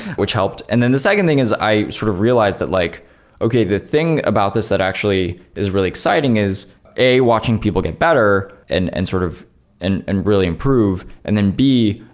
which helped. and then the second thing is i sort of realized that like okay, the thing about this that actually is really exciting is a, watching people get better and and sort of and and really improve. and then b,